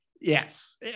Yes